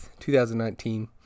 2019